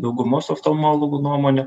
daugumos oftalmologų nuomone